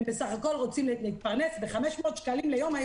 הם בסך הכול רוצים להתפרנס ב-500 שקלים ליום,